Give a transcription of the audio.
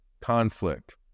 conflict